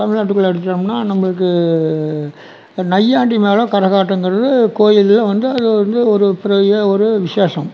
தமிழ்நாட்டுக்குள்ளே எடுத்துட்டோம்னா நம்பளுக்கு இந்த நையாண்டி மேளம் கரகாட்டங்கிறது கோயிலில் வந்து அது வந்து ஒரு பெரிய ஒரு விசேஷம்